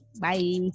Bye